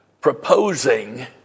proposing